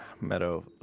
Meadow